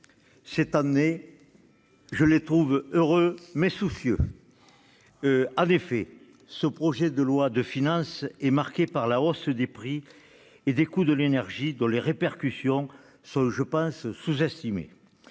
Cette année, je trouve les gens heureux, mais soucieux ! En effet, ce projet de loi de finances est marqué par la hausse des prix et des coûts de l'énergie, dont les répercussions sont, me semble-t-il, sous-estimées.